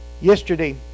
Yesterday